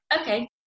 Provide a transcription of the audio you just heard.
okay